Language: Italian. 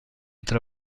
tra